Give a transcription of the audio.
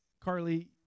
Carly